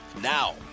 Now